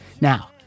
Now